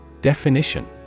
Definition